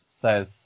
says